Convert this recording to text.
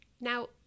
Now